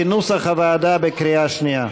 כנוסח הוועדה, בקריאה שנייה.